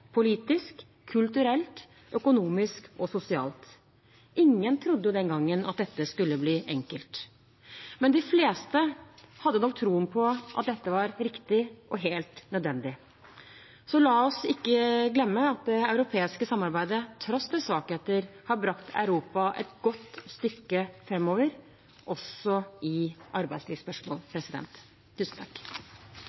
politisk, kulturelt, økonomisk og sosialt. Ingen trodde den gangen at det skulle bli enkelt, men de fleste hadde nok troen på at det var riktig og helt nødvendig. Så la oss ikke glemme at det europeiske samarbeidet, til tross for dets svakheter, har brakt Europa et godt stykke framover, også i arbeidslivsspørsmål.